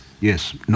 Yes